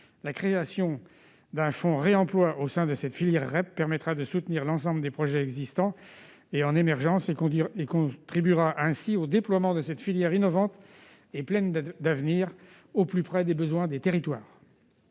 La création d'un fonds de réemploi au sein de cette filière REP permettra de soutenir l'ensemble des projets qui existent ou émergent, ce qui contribuera au déploiement de cette filière innovante et pleine d'avenir, au plus près des besoins des territoires.